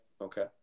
Okay